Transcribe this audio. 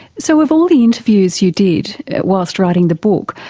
so of all the interviews you did whilst writing the book,